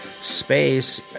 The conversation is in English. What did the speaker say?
space